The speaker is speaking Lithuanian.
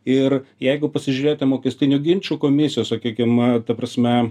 ir jeigu pasižiūrėt į mokestinių ginčų komisijos teikiama ta prasme